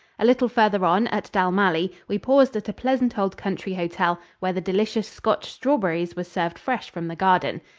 a little farther on, at dalmally, we paused at a pleasant old country hotel, where the delicious scotch strawberries were served fresh from the garden.